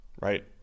right